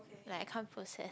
like I can't process